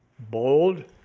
bold,